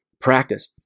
practice